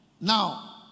now